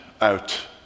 out